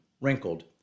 wrinkled